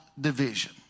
division